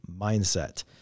mindset